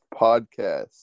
podcast